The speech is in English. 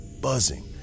buzzing